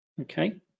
okay